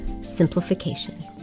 simplification